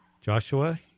Joshua